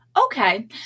Okay